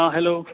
हँ हेल्लो